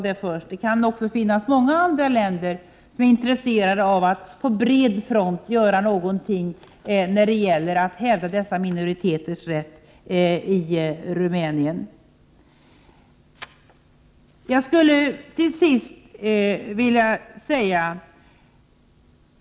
Det kan också finnas andra länder än de nordiska som är intresserade av att göra någonting för att på bred front hävda dessa minoriteters rätt i Rumänien.